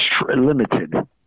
limited